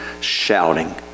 shouting